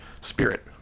spirit